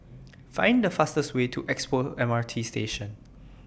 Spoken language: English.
Find The fastest Way to Expo M R T Station